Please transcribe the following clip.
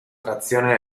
trazione